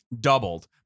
doubled